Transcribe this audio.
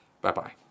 Bye-bye